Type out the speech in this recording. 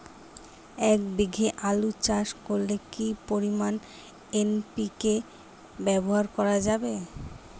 এক বিঘে আলু চাষ করলে কি পরিমাণ এন.পি.কে ব্যবহার করা যাবে?